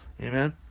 amen